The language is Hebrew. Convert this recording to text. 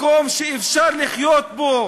מקום שאפשר לחיות בו,